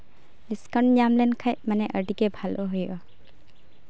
discount ᱧᱟᱢ ᱞᱮᱱᱠᱷᱟᱡ ᱢᱟᱱᱮ ᱟᱹᱰᱤᱜᱮ ᱵᱷᱟᱞᱚ ᱦᱩᱭᱩᱜᱼᱟ